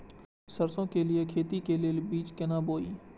सरसों के लिए खेती के लेल बीज केना बोई?